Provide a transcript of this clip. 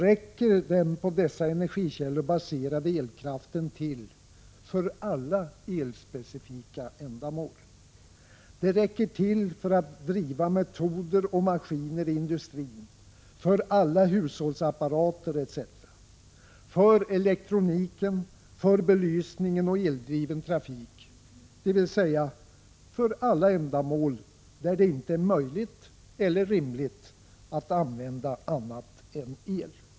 Den på dessa energikällor baserade elkraften räcker till för alla elspecifika ändamål. Den räcker till för att driva processer och maskiner i industrin, för alla hushållsapparater etc. Den räcker till för elektroniken, för belysningen och eldriven trafik, dvs. för alla ändamål där det inte är möjligt eller rimligt att använda annat än el.